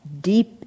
deep